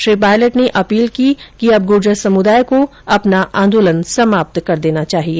श्री पायलट ने अपील की कि अब गुर्जर समुदाय को अपना आंदोलन समाप्त कर देना चाहिए